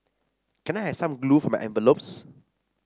can I have some glue for my envelopes